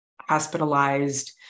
hospitalized